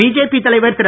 BJP தலைவர் திரு